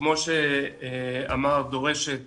שדורשת